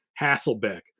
Hasselbeck